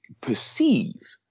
perceive